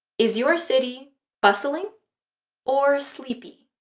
is your city bustling or sleepy?